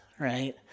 right